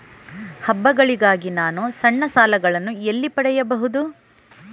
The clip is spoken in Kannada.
ಹಬ್ಬಗಳಿಗಾಗಿ ನಾನು ಸಣ್ಣ ಸಾಲಗಳನ್ನು ಎಲ್ಲಿ ಪಡೆಯಬಹುದು?